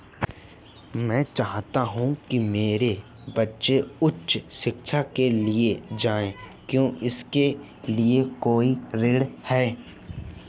मैं चाहता हूँ कि मेरे बच्चे उच्च शिक्षा के लिए जाएं क्या इसके लिए कोई ऋण है?